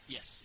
Yes